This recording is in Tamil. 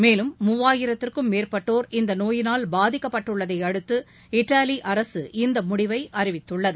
மேலும் மூவாயிரத்துக்கும் மேற்பட்டோர் இந்நோயினால் பாதிக்கப்பட்டுள்ளதையடுத்து இத்தாலி அரசு இம்முடிவை அறிவித்துள்ளது